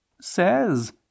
says